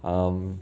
um